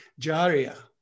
jaria